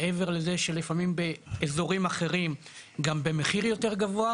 מעבר לזה שלפעמים באזורים אחרים גם במחיר יותר גבוה.